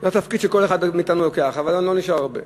זה התפקיד שכל אחד מאתנו לוקח, אבל לא נשאר הרבה.